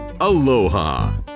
Aloha